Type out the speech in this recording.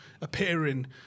appearing